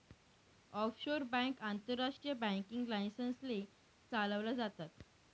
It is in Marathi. ऑफशोर बँक आंतरराष्ट्रीय बँकिंग लायसन्स ने चालवल्या जातात